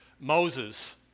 Moses